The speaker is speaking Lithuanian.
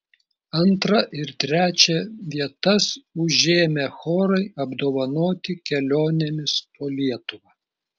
antrą ir trečią vietas užėmę chorai apdovanoti kelionėmis po lietuvą